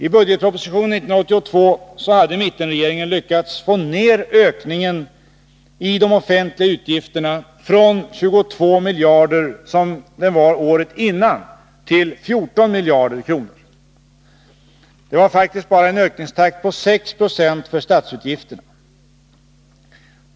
I budgetpropositionen 1982 hade mittenregeringen lyckats få ner ökningen av de offentliga utgifterna från 22 miljarder, som den var året före, till 14 miljarder kronor. Det var faktiskt bara en ökningstakt på 6 90 för statsutgifterna.